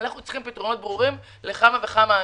צריך פתרון ברור לכמה וכמה ענפים.